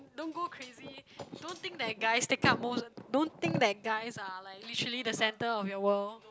don't go crazy don't think that guys take up most don't think that guys are like literally the center of your world